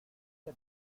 que